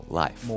life